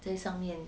在上面